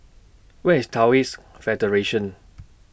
Where IS Taoist Federation